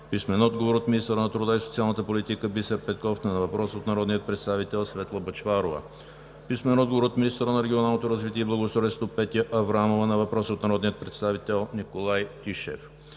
Иванов; - от министъра на труда и социалната политика Бисер Петков на въпрос от народния представител Светла Бъчварова; - от министъра на регионалното развитие и благоустройството Петя Аврамова на въпрос от народния представител Николай Тишев;